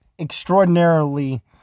extraordinarily